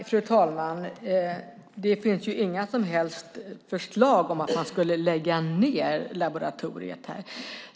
Fru talman! Det finns inga som helst förslag om att lägga ned laboratoriet.